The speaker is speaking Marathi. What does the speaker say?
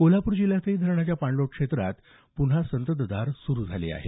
कोल्हापूर जिल्ह्यातही धरणांच्या पाणलोट क्षेत्रात पुन्हा एकदा संततधार सुरू आहे